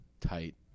tight